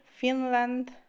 Finland